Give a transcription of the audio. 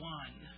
one